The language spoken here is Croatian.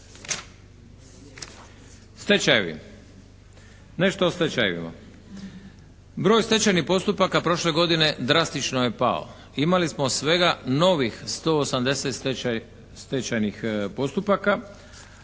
Stečajevi. Nešto o stečajevima. Broj stečajnih postupaka prošle godine drastično je pao. Imali smo svega novih 180 stečajnih postupaka.